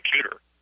computer